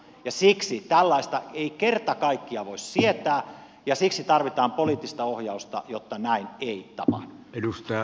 ja siksi tällaista ei kerta kaikkiaan voi sietää ja siksi tarvitaan poliittista ohjausta jotta näin ei tapahdu